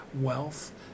wealth